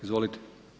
Izvolite.